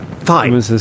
Fine